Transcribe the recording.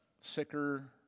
sicker